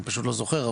אני פשוט לא זוכר,